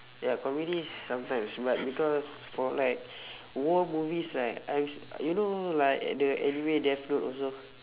ya comedies sometimes but because for like war movies right I'm s~ you know like the anime death note also